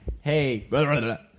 hey